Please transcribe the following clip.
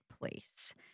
place